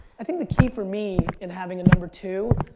i think the key for me in having a number two,